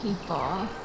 people